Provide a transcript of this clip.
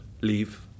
leave